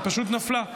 היא פשוט נפלה.